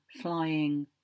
flying